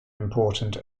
important